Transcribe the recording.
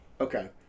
Okay